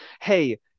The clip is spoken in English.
hey